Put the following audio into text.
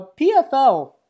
pfl